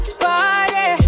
party